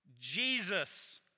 Jesus